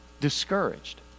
discouraged